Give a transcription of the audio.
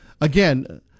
again